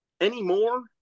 anymore